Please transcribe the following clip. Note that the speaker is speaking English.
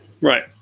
Right